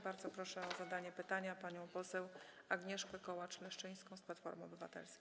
Bardzo proszę o zadanie pytania panią poseł Agnieszkę Kołacz-Leszczyńską z Platformy Obywatelskiej.